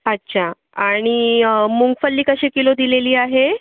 अच्छा आणि मुंगफल्ली कशी किलो दिलेली आहे